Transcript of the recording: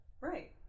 Right